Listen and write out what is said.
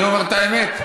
אני אומר את האמת,